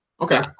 Okay